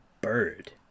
bird